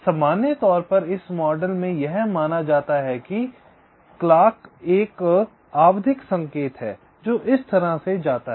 सामान्य तौर पर इस मॉडल में यह माना जाता है कि क्लॉक एक आवधिक संकेत है जो इस तरह से जाता है